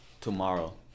Tomorrow